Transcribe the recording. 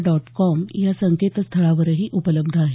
dot com या संकेतस्थळावरही उपलब्ध आहे